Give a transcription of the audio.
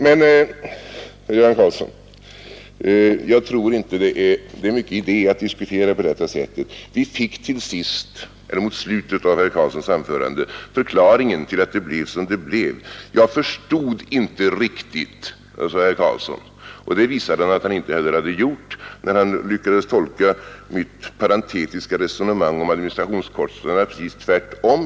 Men, Göran Karlsson, jag tror inte det är stor idé att diskutera på detta sätt. Vi fick mot slutet av herr Karlssons anförande förklaringen till att det blev som det blev. ”Jag förstod inte riktigt”, sade herr Göran Karlsson, och det visade han när han lyckades tolka mitt parentetiska resonemang om administrationskostnaderna tvärtemot vad jag sade.